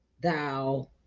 thou